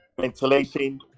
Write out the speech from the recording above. ventilation